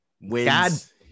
wins